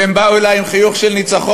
והם באו אלי עם חיוך של ניצחון,